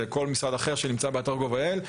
או כול משרד אחר שנמצא באתר gov.il,